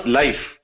life